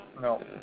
no